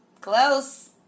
Close